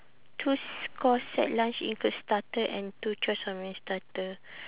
two s~ course set lunch include starter and two choice of main starter